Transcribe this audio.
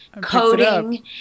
coding